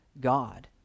God